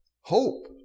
hope